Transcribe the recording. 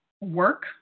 work